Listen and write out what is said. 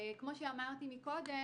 כמו שאמרתי קודם,